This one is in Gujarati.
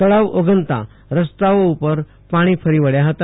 તળાવ ઓગનતા રસ્તાઓ પર પાણી ફરી વળ્યા હતા